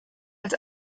als